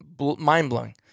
mind-blowing